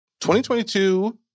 2022